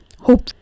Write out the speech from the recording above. Hope